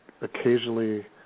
occasionally –